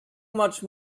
much